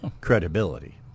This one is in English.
credibility